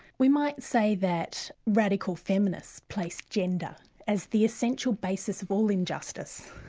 we might say that radical feminists placed gender as the essential basis of all injustice.